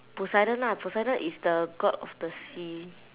poseidon ah poseidon is the god of the sea